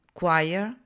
Choir